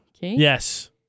Yes